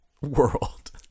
world